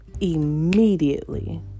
immediately